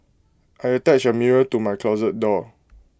I attached A mirror to my closet door